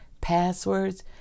passwords